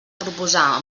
proposar